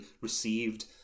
received